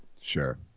Sure